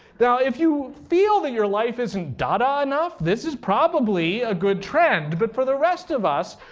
now if you feel that your life isn't dada enough, this is probably a good trend, but for the rest of us,